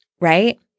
right